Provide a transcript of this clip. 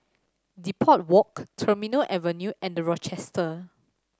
Depot Walk Terminal Avenue and The Rochester